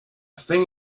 thing